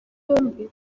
bombi